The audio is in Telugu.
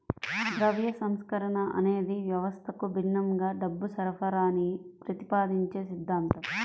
ద్రవ్య సంస్కరణ అనేది వ్యవస్థకు భిన్నంగా డబ్బు సరఫరాని ప్రతిపాదించే సిద్ధాంతం